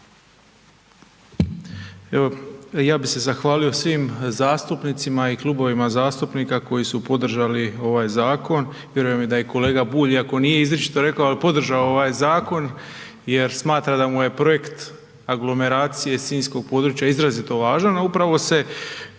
Ja bih se zahvalio svim zastupnicima i klubovima zastupnika koji su podržali ovaj zakon. Vjerujem da je i kolega Bulj iako to nije izričito rekao, ali podržao ovaj zakon jer smatra da mu je projekt Aglomeracije sinjskog područja izrazito važan, a upravo se